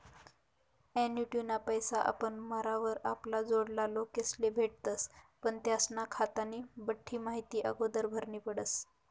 ॲन्युटीना पैसा आपण मरावर आपला जोडला लोकेस्ले भेटतस पण त्यास्ना खातानी बठ्ठी माहिती आगोदर भरनी पडस